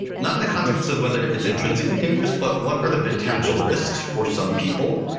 not in the context of whether it's intrinsically dangerous, but what are the potential risks for some people.